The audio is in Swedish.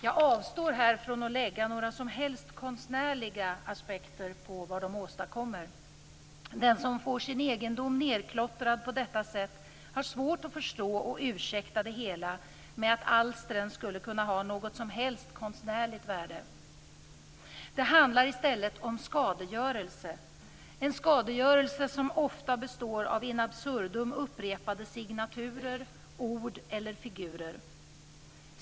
Jag avstår här från att anlägga några som helst konstnärliga aspekter på vad de här personerna åstadkommer. Den som får sin egendom nedklottrad på detta sätt har svårt att förstå och att ursäkta det hela med att alstren skulle kunna ha något som helst konstnärligt värde. Det handlar i stället om skadegörelse - en skadegörelse som ofta består av in absurdum upprepade signaturer, ord eller figurer.